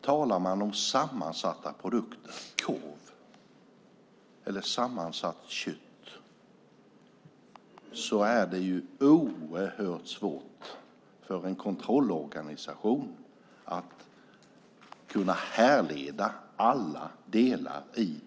För sammansatta produkter som korv eller sammansatt kött är det oerhört svårt för en kontrollorganisation att härleda alla delar.